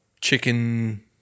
Chicken